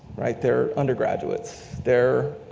right, they're undergraduates, they're